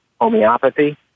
homeopathy